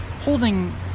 holding